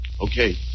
Okay